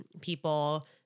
people